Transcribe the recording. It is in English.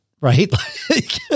Right